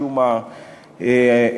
משום מה,